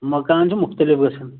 مکان چھُ مختلف گَژھان